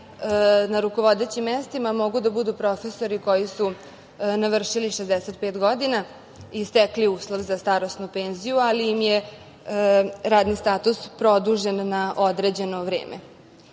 na rukovodećim mestima mogu da budu profesori koji su navršili 65 godina i stekli uslov za starosnu penziju, ali im je radni status produžen na određeno